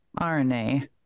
rna